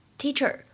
teacher